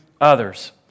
others